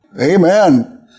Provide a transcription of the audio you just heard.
Amen